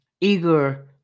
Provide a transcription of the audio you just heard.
eager